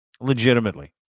Legitimately